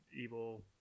evil